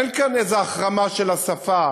אין כאן החרמה של השפה,